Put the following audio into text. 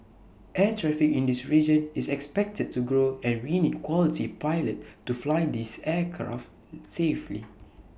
air traffic in this region is expected to grow and we need quality pilot to fly these aircraft safely